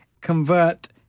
convert